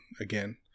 again